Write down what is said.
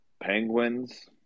penguins